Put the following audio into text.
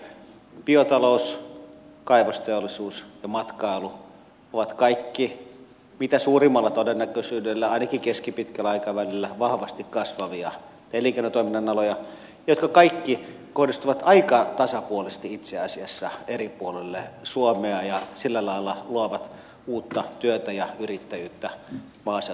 biotalous kaivosteollisuus ja matkailu ovat kaikki mitä suurimmalla todennäköisyydellä ainakin keskipitkällä aikavälillä vahvasti kasvavia elinkeinotoiminnan aloja jotka kaikki kohdistuvat itse asiassa aika tasapuolisesti eri puolille suomea ja sillä lailla luovat uutta työtä ja yrittäjyyttä maaseudulle suomessa